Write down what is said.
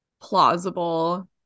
plausible